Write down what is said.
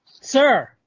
Sir